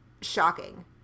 shocking